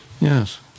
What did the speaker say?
Yes